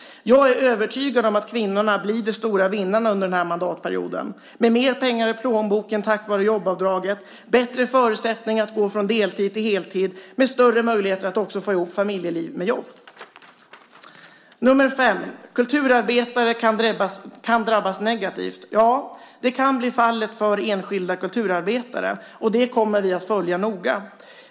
Jag är övertygad om att kvinnorna blir de stora vinnarna under mandatperioden med mer pengar i plånboken tack vare jobbavdraget, bättre förutsättningar att gå från deltid till heltid och större möjligheter att också få ihop familjeliv med jobb. 5. Kulturarbetare kan drabbas negativt. Ja, det kan bli fallet för enskilda kulturarbetare. Det kommer vi att följa noga.